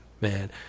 man